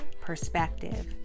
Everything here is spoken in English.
perspective